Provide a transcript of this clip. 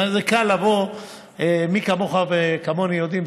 מי כמוך וכמוני יודעים,